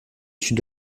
sud